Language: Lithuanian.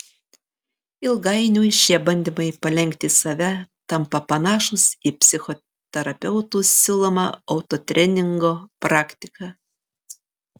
ilgainiui šie bandymai palenkti save tampa panašūs į psichoterapeutų siūlomą autotreningo praktiką